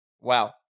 wow